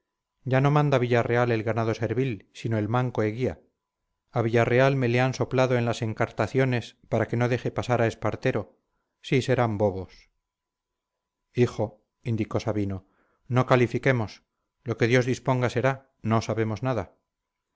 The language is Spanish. ya no manda villarreal el ganado servil sino el manco eguía a villarreal me le han soplado en las encartaciones para que no deje pasar a espartero si serán bobos hijo indicó sabino no califiquemos lo que dios disponga será no sabemos nada